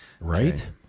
right